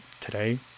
today